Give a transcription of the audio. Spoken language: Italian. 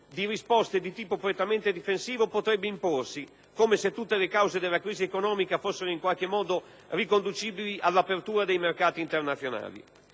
di risposte di tipo prettamente difensivo potrebbe imporsi, come se tutte le cause della crisi economica fossero in qualche modo riconducibili all'apertura dei mercati internazionali.